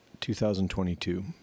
2022